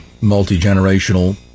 multi-generational